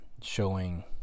showing